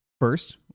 first